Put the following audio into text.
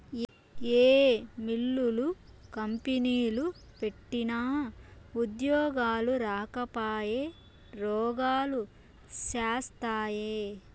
ఏ మిల్లులు, కంపెనీలు పెట్టినా ఉద్యోగాలు రాకపాయె, రోగాలు శాస్తాయే